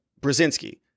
brzezinski